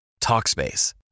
Talkspace